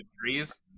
trees